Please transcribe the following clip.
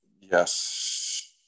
Yes